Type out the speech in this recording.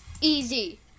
Easy